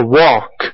walk